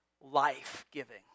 life-giving